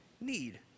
need